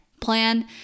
plan